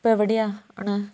ഇപ്പോൾ എവിടെയാണ്